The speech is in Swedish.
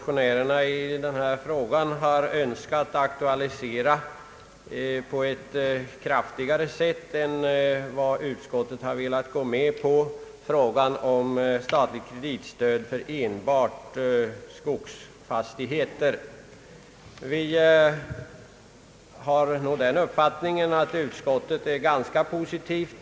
Herr talman! Motionärerna i detta ärende har på ett kraftigare sätt än vad utskottet har velat gå med på önskat aktualisera frågan om statligt kreditstöd för enbart skogsfastigheter. Vi har den uppfattningen att utskottet är ganska positivt.